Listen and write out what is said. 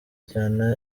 cyane